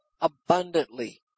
abundantly